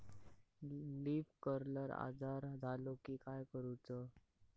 Leaf curl आजार झालो की काय करूच?